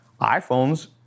iPhones